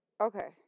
Okay